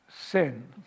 sin